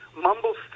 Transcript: mumbles